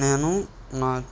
నేను నా